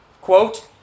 Quote